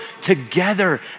together